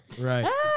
Right